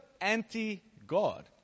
anti-God